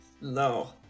No